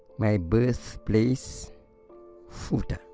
my birthplace futa